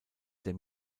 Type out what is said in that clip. der